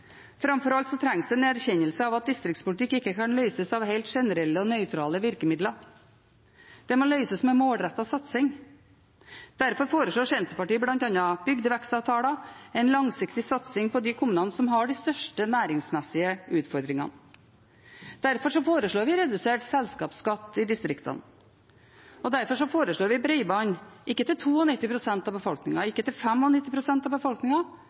Framfor alt trengs det en erkjennelse av at distriktspolitikk ikke kan løses ved hjelp av helt generelle og nøytrale virkemidler. Det må løses med målrettet satsing. Derfor foreslår Senterpartiet bl.a. bygdevekstavtaler – en langsiktig satsing på de kommunene som har de største næringsmessige utfordringene. Derfor foreslår vi redusert selskapsskatt i distriktene. Derfor foreslår vi bredbånd, ikke til 92 pst. av befolkningen og ikke til 95 pst. av